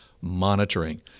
monitoring